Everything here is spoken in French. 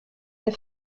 des